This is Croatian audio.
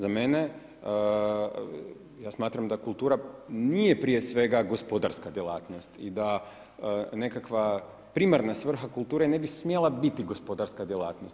Za mene, ja smatram da kultura nije prije svega gospodarska djelatnost i da nekakva primarna svrha kulture ne bi smjela biti gospodarska djelatnost.